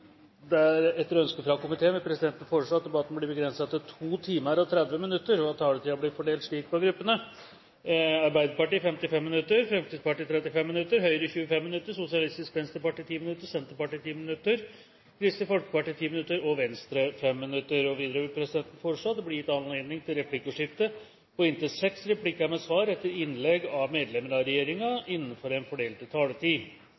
reglementsmessig måte. Etter ønske fra utenriks- og forsvarskomiteen vil presidenten foreslå at debatten begrenses til 2 timer og 30 minutter, og at taletiden fordeles slik på gruppene: Arbeiderpartiet 55 minutter, Fremskrittspartiet 35 minutter, Høyre 25 minutter, Sosialistisk Venstreparti 10 minutter, Senterpartiet 10 minutter, Kristelig Folkeparti 10 minutter og Venstre 5 minutter. Videre vil presidenten foreslå at det gis anledning til replikkordskifte på inntil seks replikker med svar etter innlegg fra medlem av regjeringen innenfor den fordelte taletid.